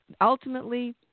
ultimately